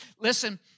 Listen